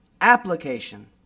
application